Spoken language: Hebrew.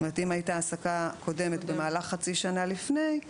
אם הייתה העסקה קודמת במהלך חצי שנה לפני כן